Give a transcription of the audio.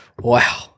Wow